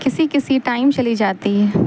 کسی کسی ٹائم چلی جاتی ہے